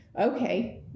okay